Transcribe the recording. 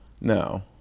No